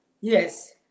Yes